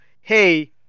hey